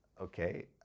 okay